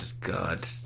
God